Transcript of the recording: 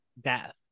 death